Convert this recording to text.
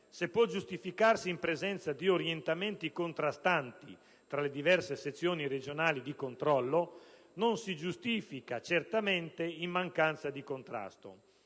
se può giustificarsi in presenza di orientamenti contrastanti tra le diverse sezioni regionali di controllo, non si giustifica certamente in mancanza di contrasto.